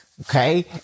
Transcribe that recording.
okay